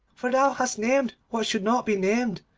for thou hast named what should not be named,